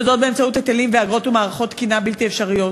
וזאת באמצעות היטלים ואגרות ומערכת תקנות בלתי אפשריות.